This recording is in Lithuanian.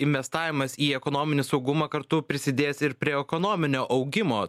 investavimas į ekonominį saugumą kartu prisidės ir prie ekonominio augimo